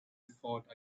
fought